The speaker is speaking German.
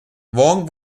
wang